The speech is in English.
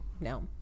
no